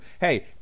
Hey